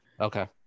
Okay